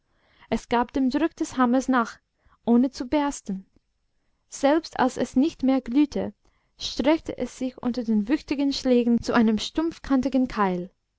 es gab dem druck des hammers nach ohne zu bersten selbst als es nicht mehr glühte streckte es sich unter den wuchtigen schlägen zu einem stumpfkantigen keil